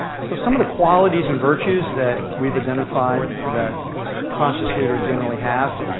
so some of the qualities and virtues that we've identified that conscious leaders generally have,